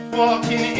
walking